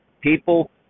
people